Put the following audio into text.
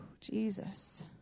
Jesus